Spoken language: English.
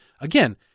again